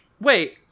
wait